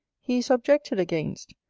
he is objected against,